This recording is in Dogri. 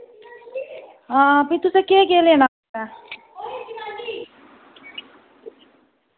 हां फ्ही तुसैं केह् केह् लेना